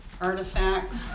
artifacts